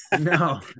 No